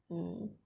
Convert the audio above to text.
mm